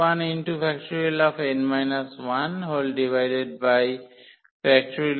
mn 1